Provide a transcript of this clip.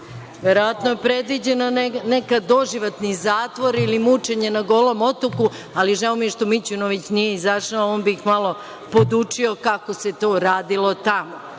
Verovatno je predviđen neki doživotni zatvor ili mučenje na Golom otoku, ali žao mi je što Mićunović nije izašao, on bi ih malo podučio kako se to radilo tamo. Tako